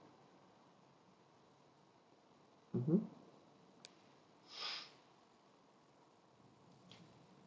mmhmm